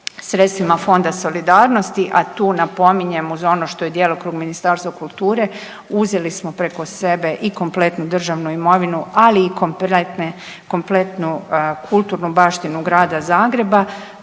sredstvima Fonda solidarnosti, a tu napominjem, uz ono što je djelokrug Ministarstva kulture, uzeli smo preko sebe i kompletnu državnu imovinu, ali i kompletnu kulturnu baštinu grada Zagreba,